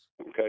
Okay